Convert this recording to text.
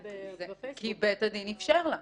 נכון, כי בית הדין אפשר לה.